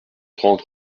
trente